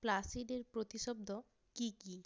প্লাসিডের প্রতিশব্দ কী কী